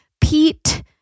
pete